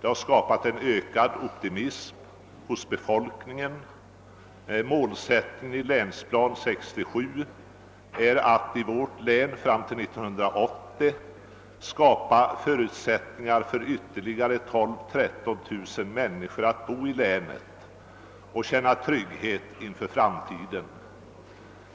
Det har skapat en ökad optimism hos befolkningen. Målsättningen i Länsplan 67 för vårt län är att fram till 1980 skapa förutsättningar för ytterligare 12 000—13 000 människor att bo i länet och känna trygghet inför framtiden.